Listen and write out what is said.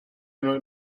jen